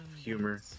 humor